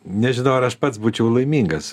nežinau ar aš pats būčiau laimingas